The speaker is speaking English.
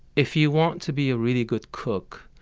if you want to be a really good cook,